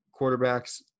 quarterbacks